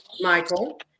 Michael